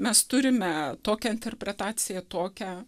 mes turime tokią interpretaciją tokią